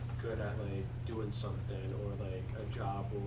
good at doing something and or like